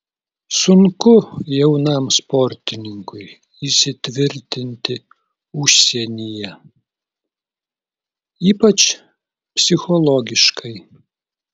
sunku jaunam sportininkui įsitvirtinti užsienyje ypač psichologiškai